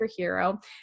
superhero